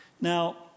Now